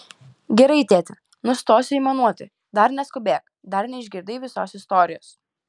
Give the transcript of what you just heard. gerai tėti nustosiu aimanuoti dar neskubėk dar neišgirdai visos istorijos